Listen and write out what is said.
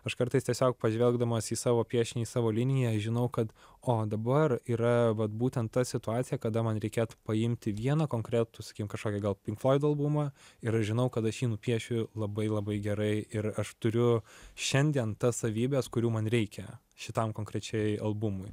aš kartais tiesiog pažvelgdamas į savo piešinį į savo liniją žinau kad o dabar yra vat būtent ta situacija kada man reikėtų paimti vieną konkretų sakykim kažkokį gal pink floyd albumą ir aš žinau kad aš jį nupiešiu labai labai gerai ir aš turiu šiandien tas savybes kurių man reikia šitam konkrečiai albumui